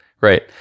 right